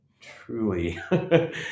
truly